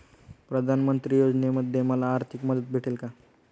प्रधानमंत्री योजनेमध्ये मला आर्थिक मदत भेटेल का?